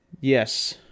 Yes